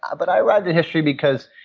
ah but i arrived at history because,